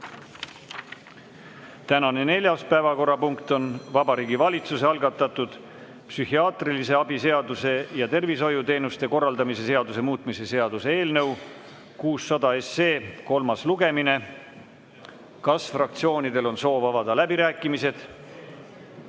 Tänane neljas päevakorrapunkt on Vabariigi Valitsuse algatatud psühhiaatrilise abi seaduse ja tervishoiuteenuste korraldamise seaduse muutmise seaduse eelnõu 600 kolmas lugemine. Kas fraktsioonidel on soov avada läbirääkimised?